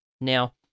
Now